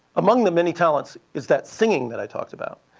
among the many talents is that singing that i talked about.